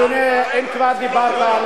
אדוני, אם כבר דיברת על